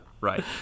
right